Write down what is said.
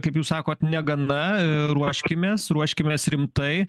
kaip jūs sakot neganda ruoškimės ruoškimės rimtai